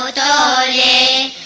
da da yeah